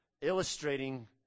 illustrating